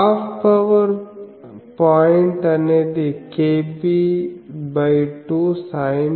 half power point అనేది kb2sin θ3dB1